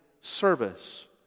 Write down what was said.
service